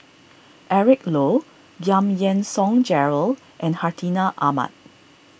Eric Low Giam Yean Song Gerald and Hartinah Ahmad